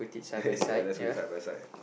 ya that's way side by side